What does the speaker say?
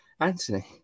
Anthony